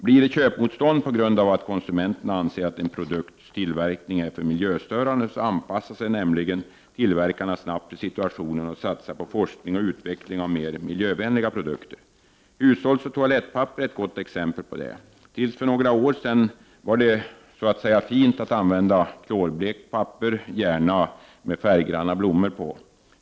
Blir det köpmotstånd på grund av att konsumenterna anser att en produkts tillverkning är alltför miljöstörande, anpassar sig nämligen tillverkarna snabbt till situationen och satsar på forskning och utveckling av mer miljövänliga produkter. Hushållsoch toalettpapper är ett gott exempel på detta. Till för några år sedan var det så att säga fint att använda klorblekt papper, gärna med färggranna blommor på.